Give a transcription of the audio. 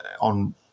on